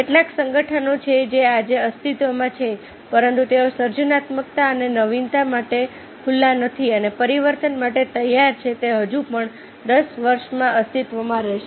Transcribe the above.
કેટલા સંગઠનો છે જે આજે અસ્તિત્વમાં છે પરંતુ તેઓ સર્જનાત્મકતા અને નવીનતા માટે ખુલ્લા નથી અને પરિવર્તન માટે તૈયાર છે તે હજુ પણ દસ વર્ષમાં અસ્તિત્વમાં રહેશે